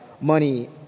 money